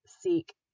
Seek